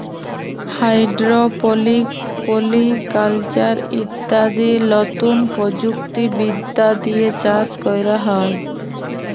hydroponics, polyculture ইত্যাদি লতুন প্রযুক্তি বিদ্যা দিয়ে চাষ ক্যরা হ্যয়